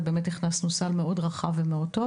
וזה באמת אפשר לנו להכניס סל מאוד רחב וטוב.